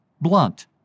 blunt